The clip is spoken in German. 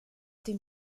dem